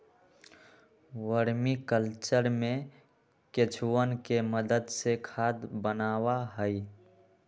vermi culture में केंचुवन के मदद से खाद बनावा हई